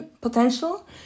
potential